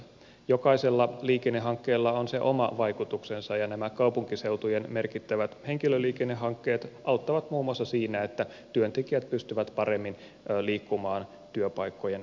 jokaisella liikennehankkeella on se oma vaikutuksensa ja nämä kaupunkiseutujen merkittävät henkilöliikennehankkeet auttavat muun muassa siinä että työntekijät pystyvät paremmin liikkumaan työpaikkojen perässä